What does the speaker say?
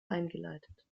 eingeleitet